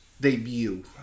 debut